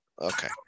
Okay